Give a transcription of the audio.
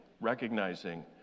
recognizing